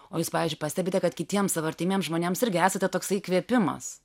o jūs pavyzdžiui pastebite kad kitiem savo artimiem žmonėms irgi esate toksai įkvėpimas